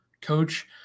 coach